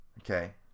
Okay